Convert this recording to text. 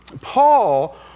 Paul